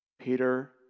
Peter